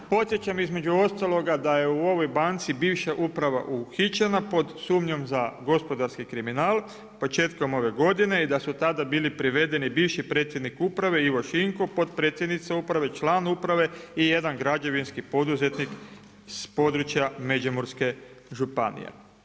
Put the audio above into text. Podsjećam između ostalog da je u ovoj banci bivša uprava uhićena pod sumnjom za gospodarski kriminal, početkom ove godine i da su tada bili privedeni bivši predsjednik uprave Ivo Šinko, potpredsjednica uprave, član uprave i jedan građevinski poduzetnik s područja Međimurske županije.